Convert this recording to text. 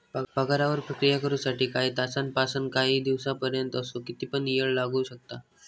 पगारावर प्रक्रिया करु साठी काही तासांपासानकाही दिसांपर्यंत असो किती पण येळ लागू शकता